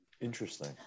Interesting